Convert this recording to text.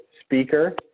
speaker